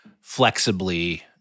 flexibly